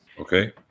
Okay